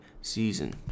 season